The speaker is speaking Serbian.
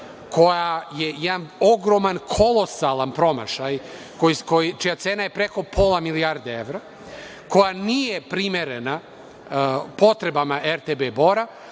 koja je jedan ogroman kolosalan promašaj čija cena je preko pola milijardi evra, koja nije primerena potreba RTB Bora